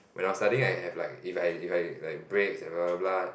when I was studying I have like if I if I like breaks and blah blah blah